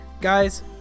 guys